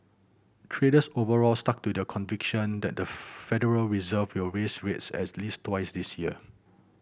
traders overall stuck to their conviction that the Federal Reserve will raise rates as least twice this year